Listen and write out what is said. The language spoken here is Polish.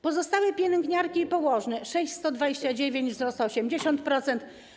Pozostałe pielęgniarki i położne - 6129 zł, wzrost o 80%.